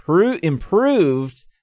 improved